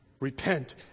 repent